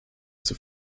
zur